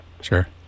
Sure